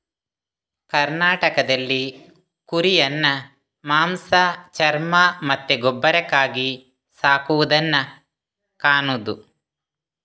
ಕರ್ನಾಟಕದಲ್ಲಿ ಕುರಿಯನ್ನ ಮಾಂಸ, ಚರ್ಮ ಮತ್ತೆ ಗೊಬ್ಬರಕ್ಕಾಗಿ ಸಾಕುದನ್ನ ಕಾಣುದು